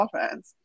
offense